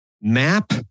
Map